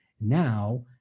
now